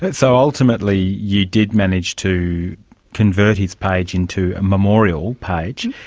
but so ultimately you did manage to convert his page into a memorial page.